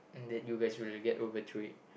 that you guys really get over to it